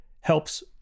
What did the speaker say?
helps